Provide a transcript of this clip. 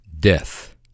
death